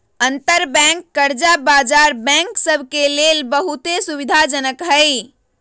अंतरबैंक कर्जा बजार बैंक सभ के लेल बहुते सुविधाजनक हइ